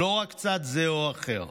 לא רק צד זה או אחר.